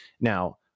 Now